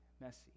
messy